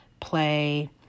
play